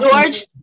George